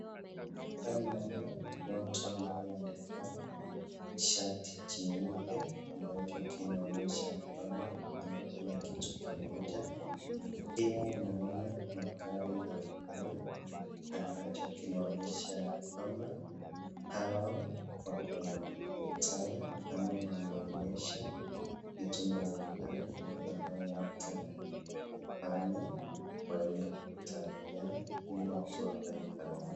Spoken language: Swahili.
Ninaona wanaona watu ambao walivaa shati cheupe ambacho kinaonyesha ya kwamba wanafanya kitu kimoja. Pia ninaona magari mbalimbali ambacho kinaonyesha ya kwamba hawa wako na mkutano ama wanaonyesha vitu mbalimbali ambayo wanataka kufanya kwa hili mkutano yao ili watu wafanye pamoja.